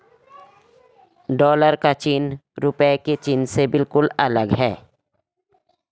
dollar का चिन्ह रूपए के चिन्ह से बिल्कुल अलग है